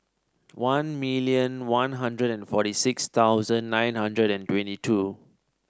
one million One Hundred and forty six thousand nine hundred and twenty two